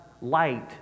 light